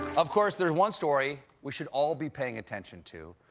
of course, there's one story we should all be paying attention to,